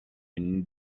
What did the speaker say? une